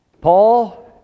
Paul